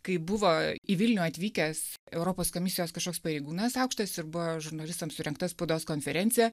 kai buvo į vilnių atvykęs europos komisijos kažkoks pareigūnas aukštas ir buvo žurnalistams surengta spaudos konferencija